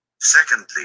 Secondly